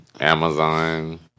Amazon